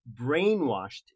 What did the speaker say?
brainwashed